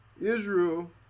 Israel